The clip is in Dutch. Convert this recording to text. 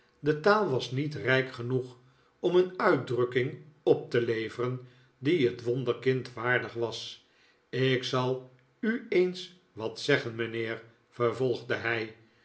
de taal was niet rijk genoeg om een uitdrukking op te leveren die het wonderkind waardig was ik zal u eens wat zeggen mijnheer vervolgde hij